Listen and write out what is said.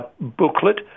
booklet